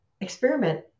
Experiment